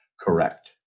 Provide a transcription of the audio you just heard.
Correct